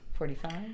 Forty-five